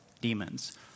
demons